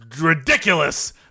ridiculous